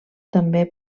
també